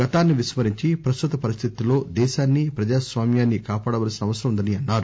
గతాన్పి విస్మ రించి ప్రస్తుత పరిస్లితుల్లో దేశాన్ని ప్రజాస్వామ్యాన్ని కాపాడవలసిన అవసరం ఉందని అన్నారు